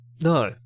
No